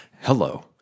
Hello